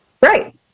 Right